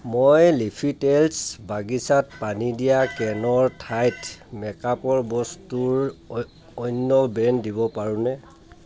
মই লিফি টেলছ বাগিচাত পানী দিয়া কেনৰ ঠাইত মেকআপৰ বস্তুৰ অন্য ব্ৰেণ্ড দিব পাৰোঁনে